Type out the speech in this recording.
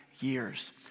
years